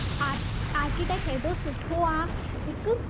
आक आर्किटेक्ट्क हेॾो सुठो आहे हिकु